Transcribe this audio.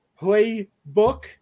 playbook